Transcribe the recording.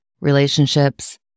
relationships